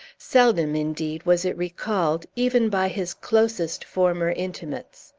seldom, indeed, was it recalled, even by his closest former intimates.